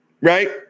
right